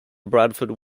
bradford